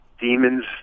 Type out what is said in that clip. Demons